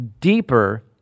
deeper